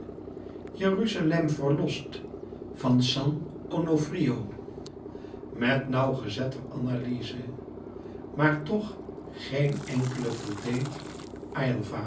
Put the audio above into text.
d'este jeruzalem verlost van san onofrio met nauwgezetter analyze maar toch geen enkele voldeed